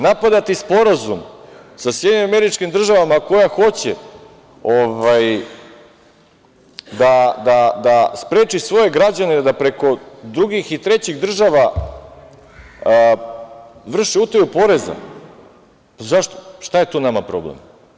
Napadati sporazum sa SAD, koja hoće da spreči svoje građane da preko drugih i trećih država vrši utaju poreza - šta je tu nama problem?